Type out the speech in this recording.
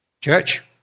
Church